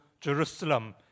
Jerusalem